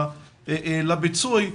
לפיצוי.